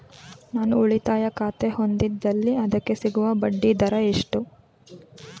ನಾನು ಉಳಿತಾಯ ಖಾತೆ ಹೊಂದಿದ್ದಲ್ಲಿ ಅದಕ್ಕೆ ಸಿಗುವ ಬಡ್ಡಿ ದರ ಎಷ್ಟು?